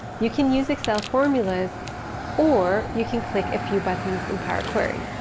you can use excel formulas or you can click a few buttons in power query.